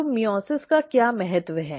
तो मइओसिस का क्या महत्व है